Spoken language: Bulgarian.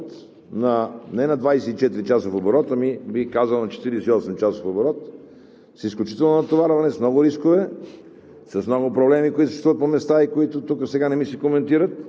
не само че са в пряк контакт и са застрашени, ами работят не на 24-часов оборот, бих казал, на 48-часов оборот, с изключително натоварване, с много рискове,